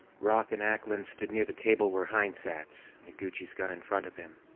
roth and ackland stood near the table where hein sat, noguchi's gun in front of him.